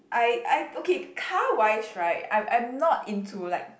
I I okay car wise right I'm I'm not into like